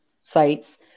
sites